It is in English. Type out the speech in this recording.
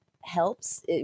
helps